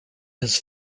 his